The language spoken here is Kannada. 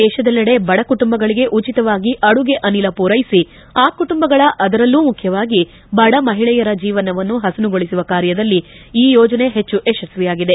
ದೇತದೆಲ್ಲೆಡೆ ಬಡ ಕುಟುಂಬಗಳಿಗೆ ಉಚಿತವಾಗಿ ಅಡುಗೆ ಅನಿಲ ಪೂರೈಸಿ ಆ ಕುಟುಂಬಗಳ ಅದರಲ್ಲೂ ಮುಖ್ಯವಾಗಿ ಬಡ ಮಹಿಳೆಯರ ಜೀವನವನ್ನು ಹಸನುಗೊಳಿಸುವ ಕಾರ್ಯದಲ್ಲಿ ಈ ಯೋಜನೆ ಹೆಚ್ಚು ಯಶಸ್ವಿಯಾಗಿದೆ